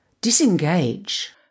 disengage